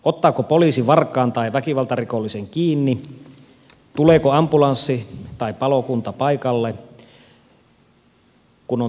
ottaako poliisi varkaan tai väkivaltarikollisen kiinni tuleeko ambulanssi tai palokunta paikalle kun on todellinen hätä